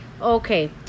Okay